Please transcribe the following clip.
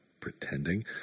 pretending